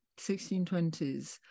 1620s